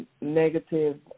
negative